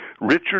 Richard